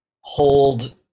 hold